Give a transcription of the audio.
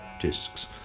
discs